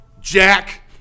Jack